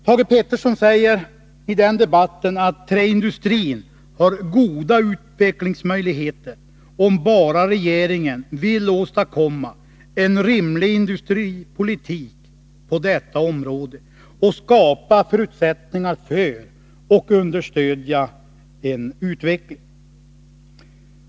Thage Peterson säger i debatten att träindustrin har goda utvecklingsmöjligheter, om bara regeringen vill åstadkomma en rimlig industripolitik på detta område och skapa förutsättningar för och understödja en utveckling.